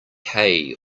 hay